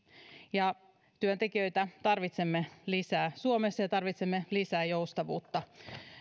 ja työntekijöitä tarvitsemme lisää suomessa ja tarvitsemme lisää joustavuutta